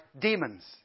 demons